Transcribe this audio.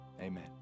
Amen